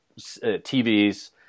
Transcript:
tvs